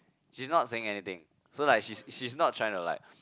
she's not saying anything so like she's she's not trying to like